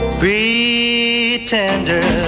pretender